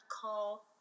call